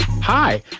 Hi